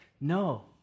No